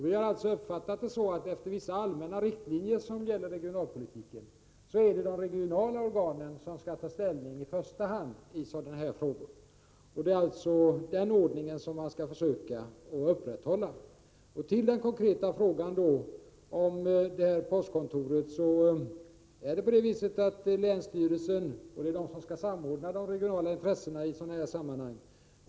Vi har alltså uppfattat det så att det enligt vissa allmänna riktlinjer som gäller regionalpolitiken är de regionala organen som i första hand skall ta ställning i sådana här frågor. Det är den ordningen man skall försöka upprätthålla. Beträffande den konkreta frågan om postkontoret i Norrfors vill jag framhålla att det är länsstyrelsen i Västerbotten som skall samordna de regionala intressena.